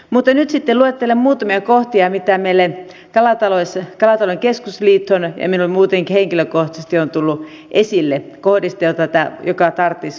nyt sitten luettelen muutamia kohtia mitä meille kalatalouden keskusliittoon ja minulle muutenkin henkilökohtaisesti on tullut esille kohdista jotka tarvitsisivat korjaamista